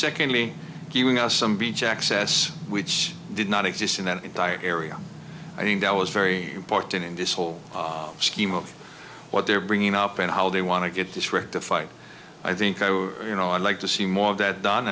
secondly giving us some beach access which did not exist in that entire area i think that was very important in this whole scheme of what they're bringing up and how they want to get this rectified i think you know i'd like to see more of that done